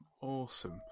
Awesome